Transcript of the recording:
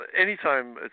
anytime